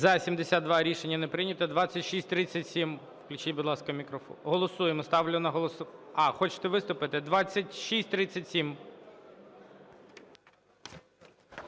За-72 Рішення не прийнято. 2637. Включіть, будь ласка, мікрофон. Голосуємо. Ставлю на голосування. А, хочете виступити? 2637.